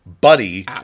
buddy